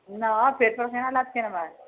नहि